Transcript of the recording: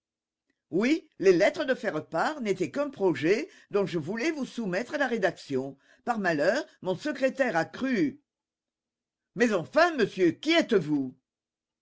oui les lettres de faire part n'étaient qu'un projet dont je voulais vous soumettre la rédaction par malheur mon secrétaire a cru mais enfin monsieur qui êtes-vous